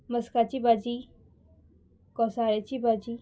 मस्काची भाजी कोसाळेची भाजी